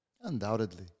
Undoubtedly